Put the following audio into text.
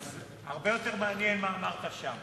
הרבה יותר מעניין מה אמרת שם.